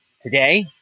today